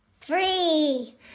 three